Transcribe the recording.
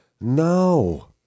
No